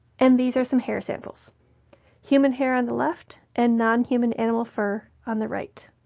and these are some hair samples human hair on the left, and non-human animal fur on the right.